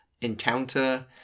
encounter